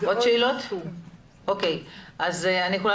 כמו